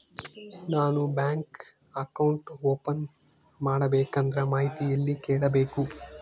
ನಾನು bank account open ಮಾಡಬೇಕಂದ್ರ ಮಾಹಿತಿ ಎಲ್ಲಿ ಕೇಳಬೇಕು?